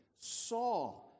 saw